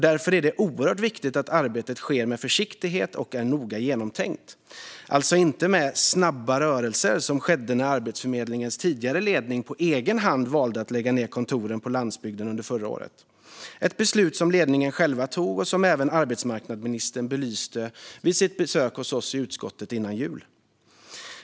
Därför är det oerhört viktigt att arbetet sker med försiktighet och är noga genomtänkt, det vill säga inte sker med "snabba rörelser", som när Arbetsförmedlingens tidigare ledning på egen hand valde att lägga ned kontoren på landsbygden under förra året, ett beslut som ledningen själv tog och som arbetsmarknadsministern belyste vid sitt besök hos oss i utskottet före jul.